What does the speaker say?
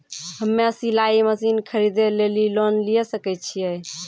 हम्मे सिलाई मसीन खरीदे लेली लोन लिये सकय छियै?